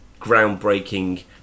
groundbreaking